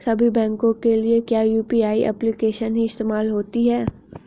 सभी बैंकों के लिए क्या यू.पी.आई एप्लिकेशन ही इस्तेमाल होती है?